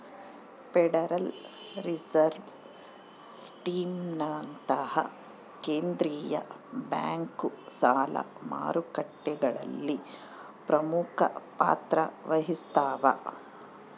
federal reserve ಸಿಸ್ಟಮ್ನಂತಹ ಕೇಂದ್ರೀಯ bank ಸಾಲ ಮಾರುಕಟ್ಟೆಗಳಲ್ಲಿ ಪ್ರಮುಖ ಪಾತ್ರ ವಹಿಸ್ತವ